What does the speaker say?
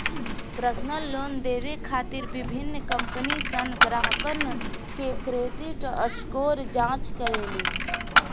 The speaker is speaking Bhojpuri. पर्सनल लोन देवे खातिर विभिन्न कंपनीसन ग्राहकन के क्रेडिट स्कोर जांच करेली